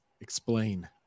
Explain